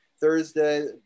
Thursday